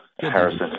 Harrison